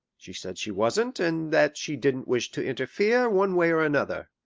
she said she wasn't, and that she didn't wish to interfere one way or another.